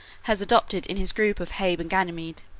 has adopted in his group of hebe and ganymede,